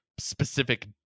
specific